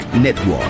Network